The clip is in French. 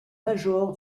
major